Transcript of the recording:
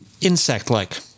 Insect-like